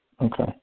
Okay